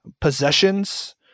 possessions